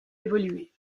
évolué